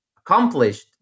accomplished